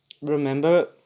remember